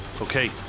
Okay